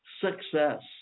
success